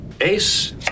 ace